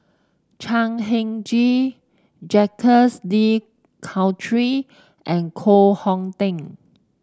Chan Heng Chee Jacques De Coutre and Koh Hong Teng